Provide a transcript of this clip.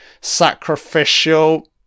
Sacrificial